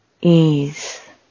ease